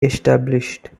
established